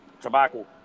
tobacco